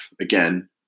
Again